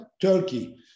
Turkey